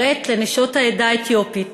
הראית לנשות העדה האתיופית